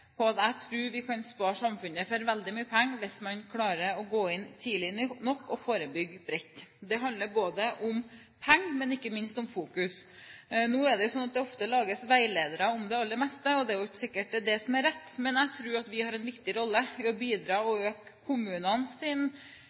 gå inn tidlig nok og forebygge bredt. Det handler både om penger og ikke minst om fokus. Nå er det slik at det ofte lages veiledere om det aller meste – og det er jo ikke sikkert at det er det som er rett – men jeg tror at vi har en viktig rolle i å bidra til å øke kommunenes bevissthet rundt deres ansvar for å drive en familiepolitikk, og